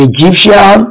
Egyptian